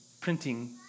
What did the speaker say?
printing